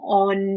on